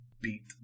beat